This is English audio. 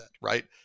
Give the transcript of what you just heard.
right